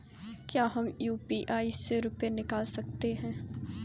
क्या हम यू.पी.आई से रुपये निकाल सकते हैं?